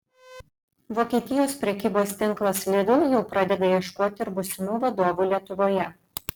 vokietijos prekybos tinklas lidl jau pradeda ieškoti ir būsimų vadovų lietuvoje